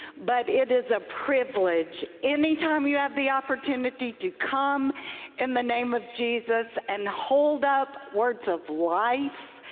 but it is a privilege. any time you have the opportunity to come in the name of jesus and hold up words of life,